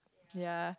ya